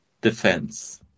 defense